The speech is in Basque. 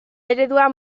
ereduan